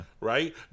Right